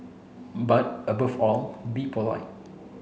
but above all be polite